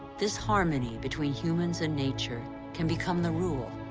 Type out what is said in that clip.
this harmony between humans and nature can become the rule,